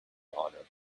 honor